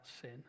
sin